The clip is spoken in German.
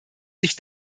sich